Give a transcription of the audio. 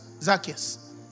Zacchaeus